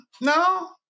No